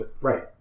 Right